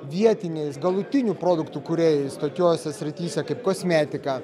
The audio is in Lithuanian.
vietiniais galutinių produktų kūrėjais tokiose srityse kaip kosmetika